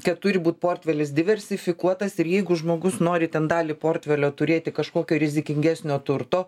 kad turi būti portvelis diversifikuotas ir jeigu žmogus nori ten dalį portvelio turėti kažkokio rizikingesnio turto